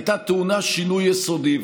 היא הייתה טעונה שינוי יסודי.